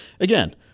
again